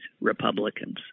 Republicans